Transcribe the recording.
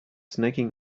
snacking